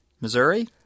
Missouri